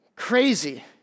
crazy